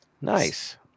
Nice